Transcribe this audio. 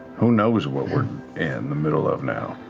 who knows what we're in the middle of now?